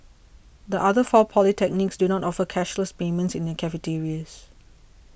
the other four polytechnics do not offer cashless payment in their cafeterias